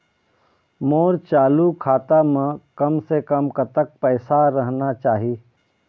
मोर चालू खाता म कम से कम कतक पैसा रहना चाही?